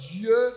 Dieu